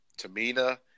Tamina